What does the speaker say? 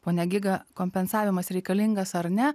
pone giga kompensavimas reikalingas ar ne